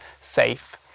safe